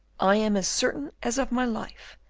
i am as certain as of my life,